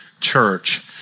Church